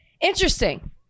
Interesting